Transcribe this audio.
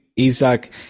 Isaac